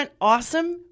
awesome